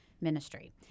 ministry